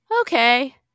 Okay